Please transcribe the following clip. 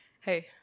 Hey